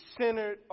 centered